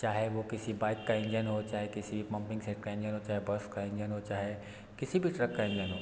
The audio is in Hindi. चाहे वो किसी बाइक का इंजन हो चाहे किसी मोपिंग सेट का इंजन हो चाहे बस का इंजन हो चाहे किसी भी ट्रक का इंजन हो